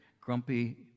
grumpy